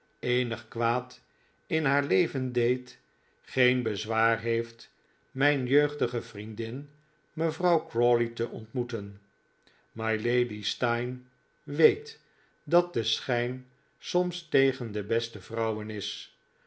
eenig kwaad in haar leven deed geen bezwaar heeft mijn jeugdige vriendin mevrouw crawley te ontmoeten mylady steyne weet dat de schijn soms tegen de beste vrouwen is